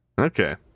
okay